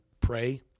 Pray